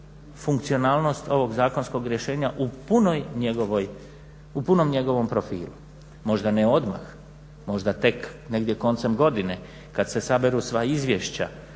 funkcionalnost ovog zakonskog rješenja u punom njegovom profilu. Možda ne odmah, možda tek negdje koncem godine kad se saberu sva izvješća,